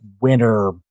winner